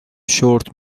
شرت